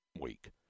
week